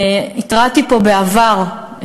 התרעתי פה בעבר,